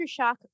Aftershock